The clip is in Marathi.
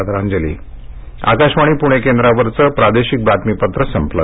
आकाशवाणी पूणे केंद्रावरचं प्रादेशिक बातमीपत्र संपलं